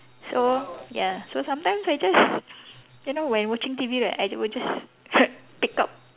so ya so sometimes I just you know when watching T_V right I would just pick up